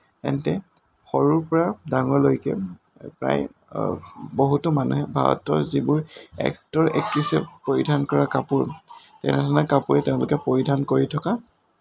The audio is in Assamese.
তেন্তে সৰুৰ পৰা ডাঙৰ লৈকে প্ৰায় বহুতো মানুহে ভাৰতৰ যিবোৰ এক্টৰ এক্ট্ৰেছে পৰিধান কৰা কাপোৰ তেনেধৰণৰ কাপোৰে তেওঁলোকে পৰিধান কৰি থকা